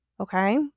Okay